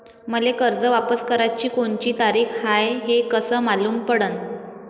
मले कर्ज वापस कराची कोनची तारीख हाय हे कस मालूम पडनं?